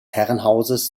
herrenhauses